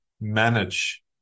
manage